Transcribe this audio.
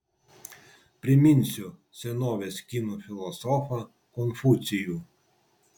priminsiu senovės kinų filosofą konfucijų